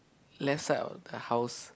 left side of the house